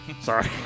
sorry